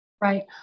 Right